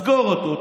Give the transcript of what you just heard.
סגור אותו,